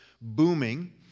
booming